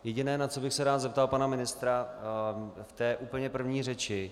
Jediné, na co bych se rád zeptal pana ministra v úplně první řeči.